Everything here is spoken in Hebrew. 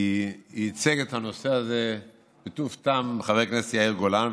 כי ייצג את הנושא הזה בטוב טעם חבר הכנסת יאיר גולן,